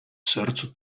sercu